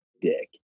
dick